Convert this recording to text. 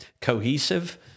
cohesive